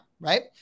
right